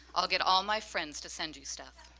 i'll get all my friends to send you stuff.